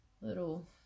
little